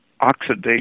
oxidation